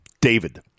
David